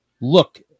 look